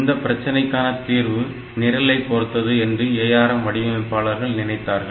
இந்தப் பிரச்சனைக்கான தீர்வு நிரலைப் பொறுத்தது என்று ARM வடிவமைப்பாளர்கள் நினைத்தார்கள்